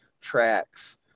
tracks